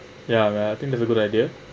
ya and I think that's a good idea